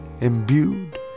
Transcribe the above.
imbued